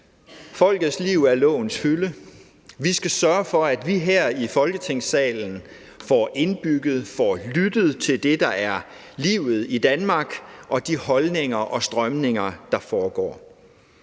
»Folkets liv er lovens fylde«. Altså, vi skal sørge for, at vi her i Folketingssalen får lyttet til det, der er livet i Danmark, og de holdninger og strømninger, der er.